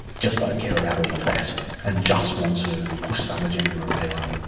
just don't care about all of that and just want to push some agenda of their own.